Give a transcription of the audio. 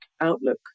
outlook